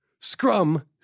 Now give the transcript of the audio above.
Scrum